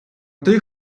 тих